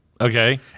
Okay